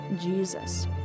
Jesus